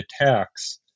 attacks